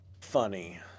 funny